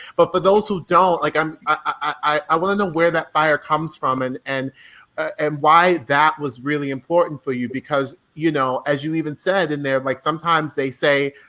but for those who don't, like um i wanna know where that fire comes from and and and why that was really important for you because, you know, as you even said in there, like sometimes they say,